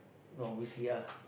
no V_C_L